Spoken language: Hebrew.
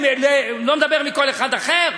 אני לא אומר מכל אחד אחר,